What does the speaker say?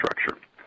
structure